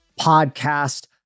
Podcast